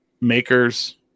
makers